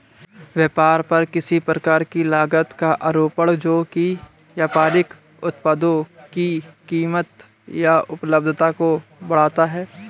व्यापार पर किसी प्रकार की लागत का आरोपण जो कि व्यापारिक उत्पादों की कीमत या उपलब्धता को बढ़ाता है